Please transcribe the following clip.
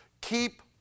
Keep